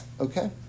Okay